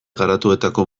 garatuetako